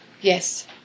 yes